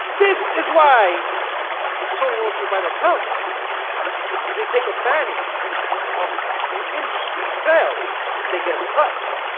this is why sony wants you to buy that console because they take advantage of the industry cells because they get a cut